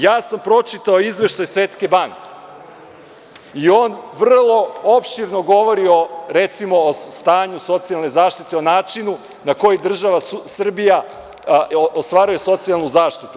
Ja sam pročitao izveštaj Svetske banke i on vrlo opširno govori o, recimo, stanju socijalne zaštite, o načinu na koji država Srbija ostvaruje socijalnu zaštitu.